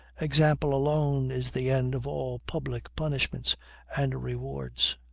example alone is the end of all public punishments and rewards.